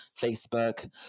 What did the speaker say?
facebook